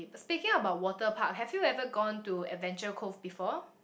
thinking about water park have you ever gone to Adventure-Cove before